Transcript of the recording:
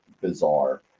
bizarre